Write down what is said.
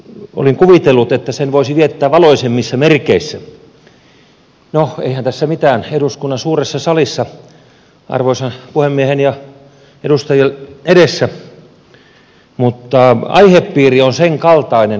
olin kuvitellut että sen voisi viettää valoisemmissa merkeissä no eihän tässä mitään eduskunnan suuressa salissa arvoisan puhemiehen ja edusta jien edessä mutta aihepiiri on senkaltainen että se tekee syömmeni surulliseksi